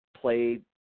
played